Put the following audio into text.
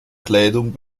kleidung